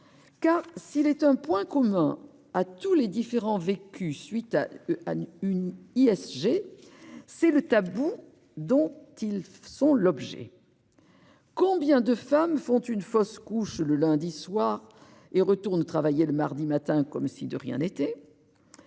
Car s'il est un point commun à tous les différents vécus à la suite d'une ISG, c'est le tabou dont ils sont l'objet. Combien de femmes font une fausse couche le lundi soir et retournent travailler le mardi matin, comme si de rien n'était ?